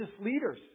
leaders